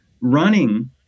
Running